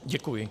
Děkuji.